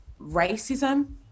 racism